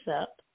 up